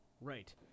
Right